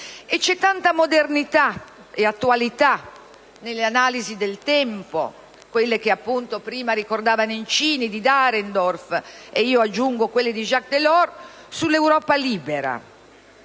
e c'è tanta modernità e attualità nelle analisi del tempo - quelle che prima ricordava Nencini di Dahrendorf e, io aggiungo, quelle di Jacques Delors - sull'Europa libera